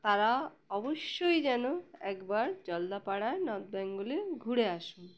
তারা অবশ্যই যেন একবার জলদাপাড়া নর্থ বেঙ্গলে ঘুরে আসুন